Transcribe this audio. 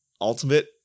ultimate